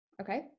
Okay